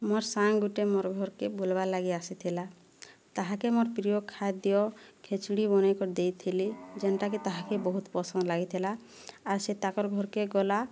ମୋର ସାଙ୍ଗ ଗୋଟିଏ ମୋର ଘର୍କେ ବୁଲ୍ବା ଲାଗି ଆସିଥିଲା ତାହାକେ ମୋର ପ୍ରିୟ ଖାଦ୍ୟ ଖେଚଡ଼ି ବନାଇକରି ଦେଇଥିଲି ଯେନ୍ଟାକି ତାହାକେ ବହୁତ ପସନ୍ଦ ଲାଗିଥିଲା ଆଉ ସେ ତାଙ୍କର ଘର୍କେ ଗଲା